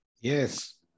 Yes